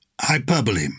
hyperbole